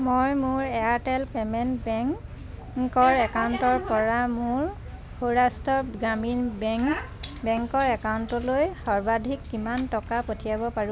মই মোৰ Airtel payment বেংকৰ একাউণ্টৰপৰা মোৰ সৌৰাষ্ট্ৰ গ্ৰামীণ বেংক বেংকৰ একাউণ্টলৈ সৰ্বাধিক কিমান টকা পঠিয়াব পাৰো